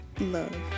love